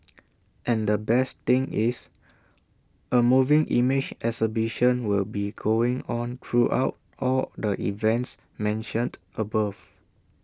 and the best thing is A moving image exhibition will be going on throughout all the events mentioned above